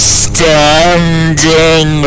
standing